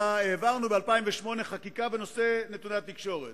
העברנו ב-2008 חקיקה בנושא נתוני התקשורת,